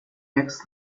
eggs